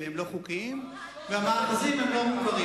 הנאום שלך היה נאום של שנאה.